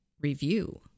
review